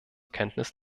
kenntnis